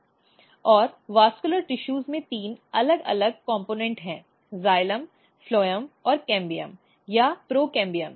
और vascular tissues में तीन अलग अलग घटक हैं जाइलम फ्लोएम और कैम्बियम या प्रोकैम्बियम